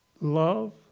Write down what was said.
love